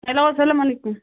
hello السَلام علیکُم